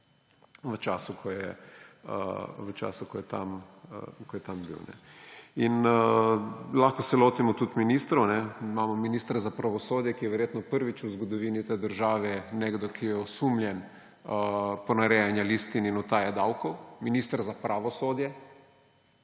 v času, ko je tam bil. Lahko se lotimo tudi ministrov. Imamo ministra za pravosodje, ki je verjetno prvič v zgodovini te države nekdo, ki je osumljen ponarejanja listin in utaje davkov, minister za pravosodje.